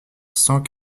cent